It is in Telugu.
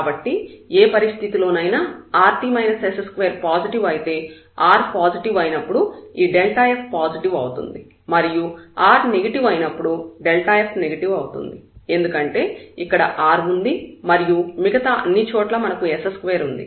కాబట్టి ఏ పరిస్థితిలోనైనా rt s2 పాజిటివ్ అయితే r పాజిటివ్ అయినప్పుడు ఈ f పాజిటివ్ అవుతుంది మరియు r నెగటివ్ అయినప్పుడు f నెగటివ్ అవుతుంది ఎందుకంటే ఇక్కడ r ఉంది మరియు మిగతా అన్ని చోట్లా మనకు s2 ఉంది